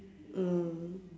mm